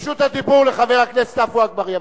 רשות הדיבור לחבר הכנסת עפו אגבאריה.